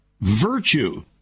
virtue